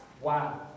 Wow